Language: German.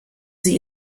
sie